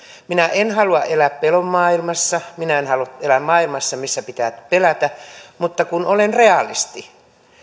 minä en halua elää pelon maailmassa minä en halua elää maailmassa missä pitää pelätä mutta kun olen realisti